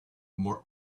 more